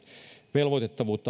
velvoittavuuden